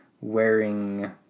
wearing